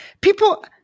People